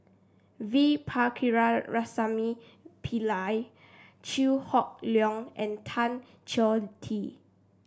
V Pillai Chew Hock Leong and Tan Choh Tee